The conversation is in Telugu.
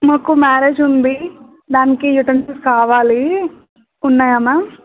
మాకు మ్యారేజ్ ఉంది దానికి యూటెన్సిల్స్ కావాలి ఉన్నాయా మ్యామ్